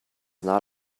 not